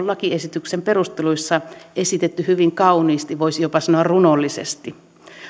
lakiesityksen perusteluissa esitetty hyvin kauniisti voisi jopa sanoa runollisesti